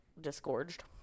disgorged